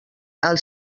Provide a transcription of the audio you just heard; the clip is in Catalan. als